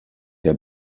der